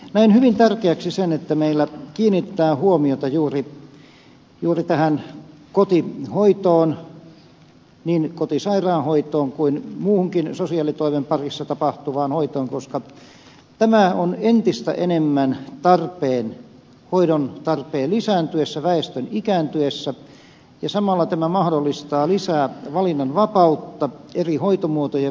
näen hyvin tärkeäksi sen että meillä kiinnitetään huomiota juuri tähän kotihoitoon niin kotisairaanhoitoon kuin muuhunkin sosiaalitoimen parissa tapahtuvaan hoitoon koska tämä on entistä enemmän tarpeen hoidon tarpeen lisääntyessä väestön ikääntyessä ja samalla tämä mahdollistaa lisää valinnanvapautta eri hoitomuotojen välillä